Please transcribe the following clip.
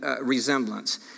resemblance